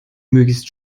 möglichst